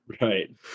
Right